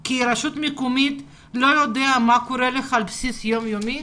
אתה כרשות מקומית לא יודע מה קורה לך על בסיס יום יומי?